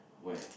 where